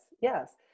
yes